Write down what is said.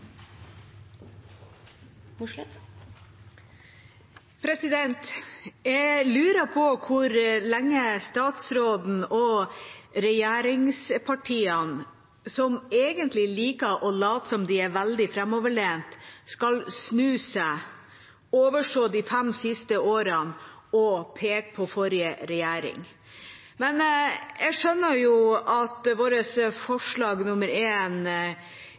Mossleth har hatt ordet to ganger tidligere og får ordet til en kort merknad, begrenset til 1 minutt. Jeg lurer på hvor lenge statsråden og regjeringspartiene, som egentlig liker å late som om de er veldig framoverlent, skal snu seg, overse de fem siste årene og peke på forrige regjering. Jeg skjønner